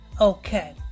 Okay